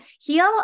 heal